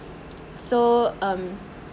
so um